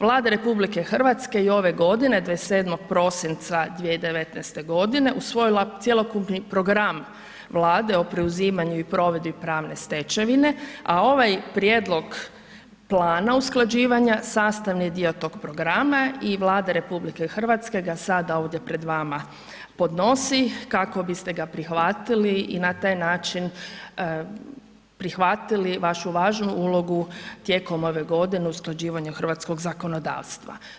Vlada RH je i ove godine 27. prosinca 2019. godine usvojila cjelokupni program Vlade o preuzimanju i provedbi pravne stečevine, a ovaj prijedlog plana usklađivanja sastavni je dio tog programa i Vlada RH ga sada ovdje pred vama podnosi kako biste ga prihvatili i na taj način prihvatili vašu važnu ulogu tijekom ove godine usklađivanja hrvatskog zakonodavstva.